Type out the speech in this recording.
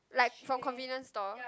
like from convenience store